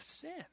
sin